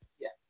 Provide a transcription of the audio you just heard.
Yes